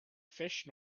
fish